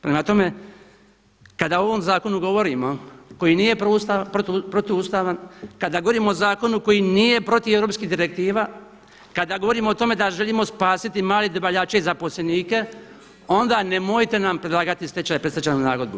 Prema tome, kada o ovom zakonu govorimo koji nije protuustavan, kada govorimo o zakonu koji nije protiv europskih direktiva, kada govorimo o tome da želimo spasiti male dobavljače i zaposlenike onda nemojte nam predlagati stečaj i predstečajnu nagodbu.